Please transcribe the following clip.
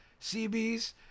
CBs